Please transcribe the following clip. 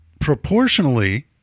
proportionally